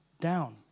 down